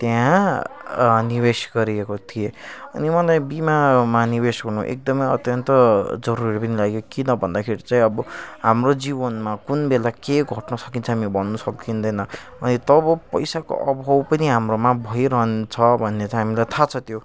त्यहाँ निवेस गरिएको थिएँ अनि मलाई बिमामा निवेस हुनु एकदमै अत्यन्त जरुरी पनि लाग्यो किन भन्दाखेरि चाहिँ अब हाम्रो जीवनमा कुन बेला के घट्न सकिन्छ हामी भन्नु सकिँदैन अनि तब पैसाको अभाव पनि हाम्रोमा भइरहन्छ भन्ने चाहिँ हामीलाई था छ त्यो